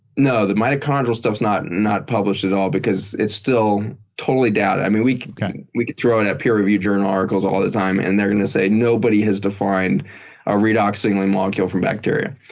no. the mitochondrial stuff's not not published at all because it's still totally doubted. we could kind of we could throw in a peer-review journal articles all the time. and they're going to say, nobody has defined a redox signaling molecule from bacteria.